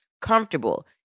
comfortable